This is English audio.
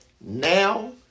now